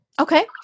Okay